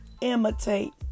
imitate